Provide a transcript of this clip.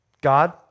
God